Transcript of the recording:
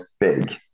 big